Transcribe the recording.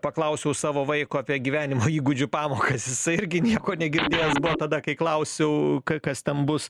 paklausiau savo vaiko apie gyvenimo įgūdžių pamokas jisai irgi nieko negirdėjęs tada kai klausiau kas ten bus